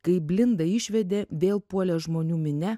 kai blindą išvedė vėl puolė žmonių minia